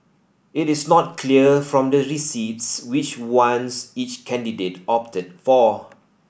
it is not clear from the receipts which ones each candidate opted for